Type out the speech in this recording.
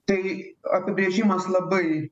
tai apibrėžimas labai